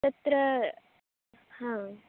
तत्र हा